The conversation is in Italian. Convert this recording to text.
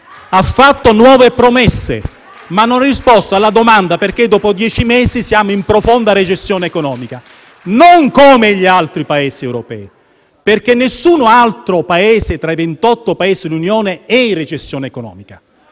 Ha fatto nuove promesse, ma non ha risposto alla domanda perché dopo dieci mesi siamo in profonda recessione economica, non come gli altri Paesi europei, perché nessun altro Paese tra i 28 Paesi dell'Unione è in recessione economica.